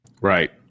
Right